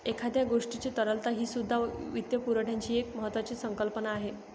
एखाद्या गोष्टीची तरलता हीसुद्धा वित्तपुरवठ्याची एक महत्त्वाची संकल्पना आहे